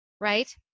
right